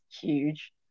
huge